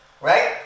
right